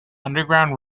underground